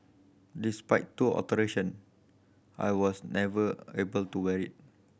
despite two alteration I was never able to wear it